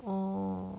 orh